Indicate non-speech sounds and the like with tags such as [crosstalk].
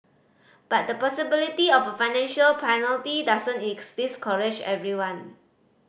but the possibility of a financial penalty doesn't [unintelligible] discourage everyone